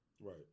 Right